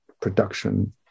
production